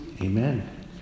Amen